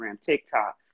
TikTok